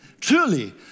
Truly